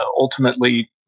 ultimately